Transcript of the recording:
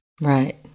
Right